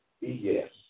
yes